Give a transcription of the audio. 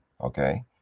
okay